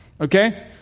Okay